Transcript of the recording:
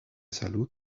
salud